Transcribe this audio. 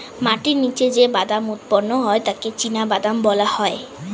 মাটির নিচে যে বাদাম উৎপন্ন হয় তাকে চিনাবাদাম বলা হয়